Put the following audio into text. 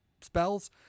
spells